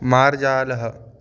मार्जालः